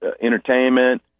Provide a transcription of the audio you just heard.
entertainment